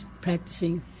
practicing